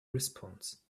response